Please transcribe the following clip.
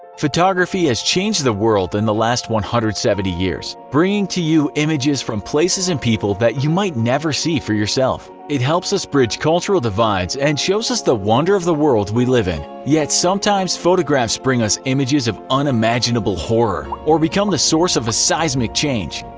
photography has changed the world in and the last one hundred and seventy years, bringing to you images from places and people that you might never see for yourself. it helps us bridge cultural divides, and shows us the wonder of the world we live in. yet sometimes photographs bring us images of unimaginable horror, or become the source of seismic change.